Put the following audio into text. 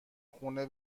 خونه